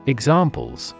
Examples